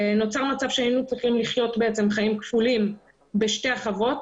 נוצר מצב שהיינו צריכים לחיות חיים כפולים בשתי החוות.